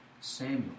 Samuel